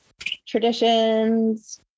Traditions